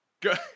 Good